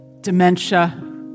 dementia